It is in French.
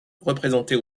représentée